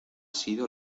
sido